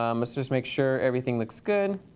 um let's just make sure everything looks good.